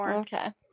Okay